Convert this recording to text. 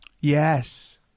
Yes